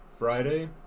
Friday